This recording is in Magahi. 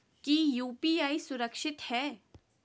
की यू.पी.आई सुरक्षित है?